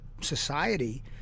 society